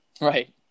Right